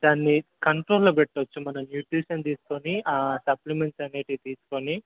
దాన్ని కంట్రోల్లో పెట్టచ్చు మనం న్యూట్రిషన్ తీసుకుని ఆ సప్లిమెంట్స్ అనేటివి తీసుకుని